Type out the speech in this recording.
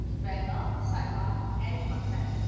banner, sidebar, and content.